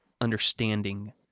understanding